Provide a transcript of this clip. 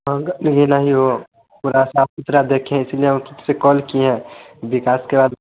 महँगा नहीं नहीं हो थोड़ा साफ़ सुथरा देखें इसलिए आपसे कॉल किया विकास के बाद